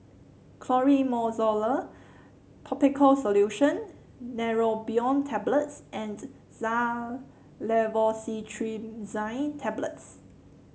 Clotrimozole Topical Solution Neurobion Tablets and Xyzal Levocetirizine Tablets